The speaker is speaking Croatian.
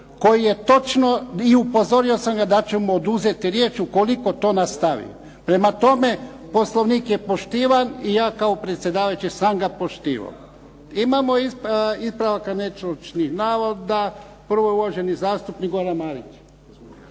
koji je točno i upozorio sam ga da ću mu oduzeti riječ ukoliko to nastavi. Prema tome, Poslovnik je poštivan i ja kao predsjedavajući sam ga poštivao. Imamo ispravaka netočnih navoda. Prvo je uvaženi zastupnik Goran Marić.